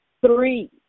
three